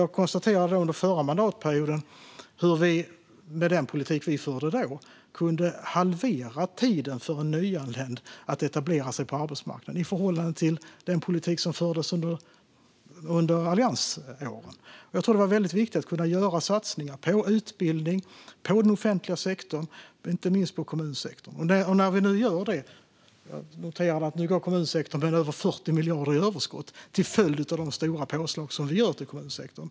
Jag konstaterade under förra mandatperioden hur vi med den politik vi förde då kunde halvera tiden för en nyanländ att etablera sig på arbetsmarknaden i förhållande till den politik som fördes under alliansåren. Jag tror att det var väldigt viktigt att kunna göra satsningar på utbildning, på den offentliga sektorn och inte minst på kommunsektorn. Jag noterar att kommunsektorn nu går med över 40 miljarder i överskott till följd av de stora påslag som vi gör till kommunsektorn.